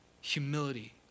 humility